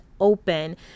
open